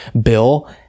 bill